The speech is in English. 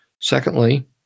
Secondly